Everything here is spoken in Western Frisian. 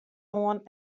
oan